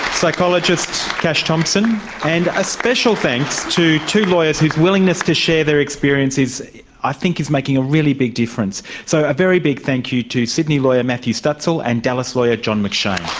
psychologist kash thompson and a special thanks to two lawyers whose willingness to share their experiences i think is making a really big difference. so a very big thank you to sydney lawyer, matthew stutsel and dallas lawyer, john mcshane.